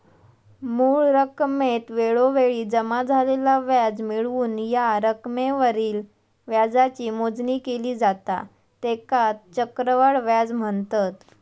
मूळ रकमेत वेळोवेळी जमा झालेला व्याज मिळवून या रकमेवरील व्याजाची मोजणी केली जाता त्येकाच चक्रवाढ व्याज म्हनतत